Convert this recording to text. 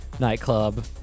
Nightclub